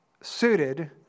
suited